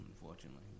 unfortunately